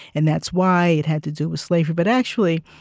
and that's why it had to do with slavery. but actually,